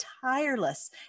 tireless